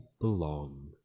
belong